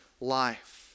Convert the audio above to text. life